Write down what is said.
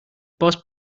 boss